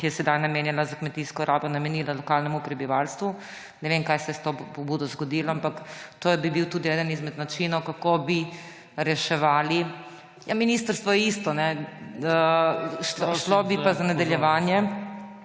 ki je sedaj namenjena za kmetijsko rabo, namenila lokalnemu prebivalstvu. Ne vem, kaj se je s to pobudo zgodilo, ampak to bi bil tudi eden izmed načinov, kako bi reševali … ja, ministrstvo je isto. Šlo bi za način reševanja,